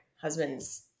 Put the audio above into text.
husband's